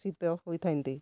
ଶୀତ ହୋଇଥାନ୍ତି